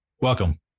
welcome